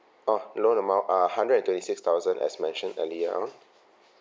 oh loan amount uh hundred and twenty six thousand as mentioned earlier on